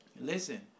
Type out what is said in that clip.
Listen